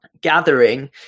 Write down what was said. Gathering